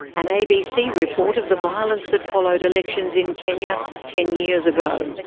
an abc report of the violence that followed elections in kenya ten years ago.